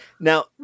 Now